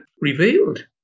revealed